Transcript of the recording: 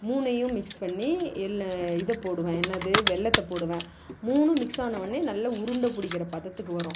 மூணையும் மிக்ஸ் பண்ணி எள் இதை போடுவேன் என்னது வெல்லத்தை போடுவேன் மூணும் மிக்ஸ் ஆனவுன்னே நல்ல உருண்டை பிடிக்கிற பதத்துக்கு வரும்